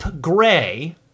Gray